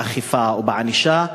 באכיפה ובענישה,